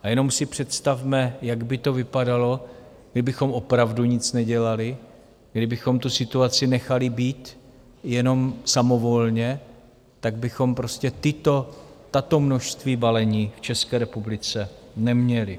A jenom si představme, jak by to vypadalo, kdybychom opravdu nic nedělali, kdybychom tu situaci nechali být jenom samovolně, tak bychom prostě tato množství balení v České republice neměli.